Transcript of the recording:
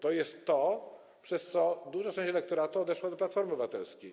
To jest to, przez co duża część elektoratu odeszła do Platformy Obywatelskiej.